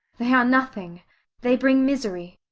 they are nothing they bring misery.